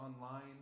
online